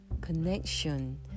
connection